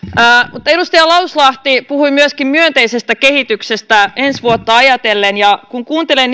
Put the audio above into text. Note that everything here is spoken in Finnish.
mutta edustaja lauslahti puhui myöskin myönteisestä kehityksestä ensi vuotta ajatellen ja kun kuuntelee